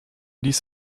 dies